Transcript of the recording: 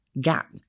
gap